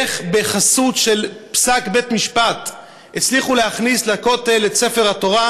איך בחסות של פסק בית-משפט הצליחו להכניס לכותל את ספר התורה,